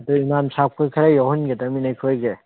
ꯑꯗꯣ ꯏꯝꯃꯥꯝ ꯁꯥꯕ ꯈꯣꯏ ꯈꯔ ꯌꯥꯎꯍꯟꯒꯗꯃꯤꯅꯦ ꯑꯩꯈꯣꯏꯒꯤ